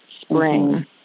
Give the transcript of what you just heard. spring